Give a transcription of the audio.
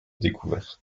découverte